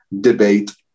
debate